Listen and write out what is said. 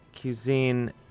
cuisine